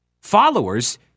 followers